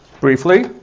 briefly